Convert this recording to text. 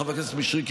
חבר הכנסת מישרקי,